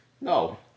No